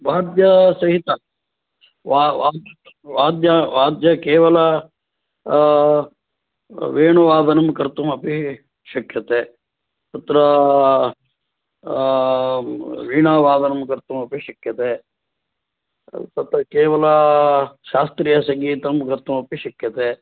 वाद्यसहितं वा वाद्यं वाद्यं केवलं वेणुवादनं कर्तुमपि शक्यते तत्र वीणावादनं कर्तुमपि शक्यते तत्र केवलशास्त्रीयसङ्गीतं कर्तुमपि शक्यते